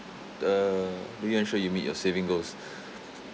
uh do you ensure you meet your saving goals